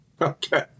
Okay